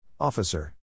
Officer